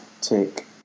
take